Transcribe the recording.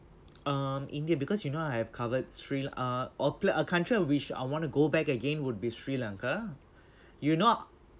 um india because you know I have covered sri~ uh or pla~ a country I wish I want to go back again would be sri lanka you know